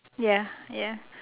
ya ya